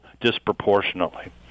disproportionately